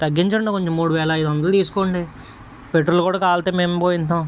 తగ్గించండి కొంచెం మూడువేల ఐదు వందలు తీసుకోండి పెట్రోల్ కూడా కావాలంటే మేము పోయిస్తాం